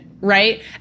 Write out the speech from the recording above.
right